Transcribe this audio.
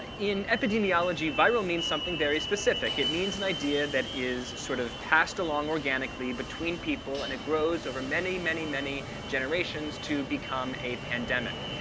in epidemiology, viral means something very specific. it means an idea that is sort of passed along organically between people, and it grows over many, many, many generations to become a pandemic.